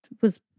was-